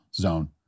zone